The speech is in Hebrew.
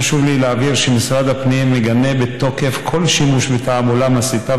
חשוב לי להבהיר שמשרד הפנים מגנה בתוקף כל שימוש בתעמולה מסיתה